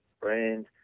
brand